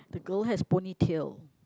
the girl has pony tail